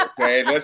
okay